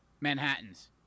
Manhattans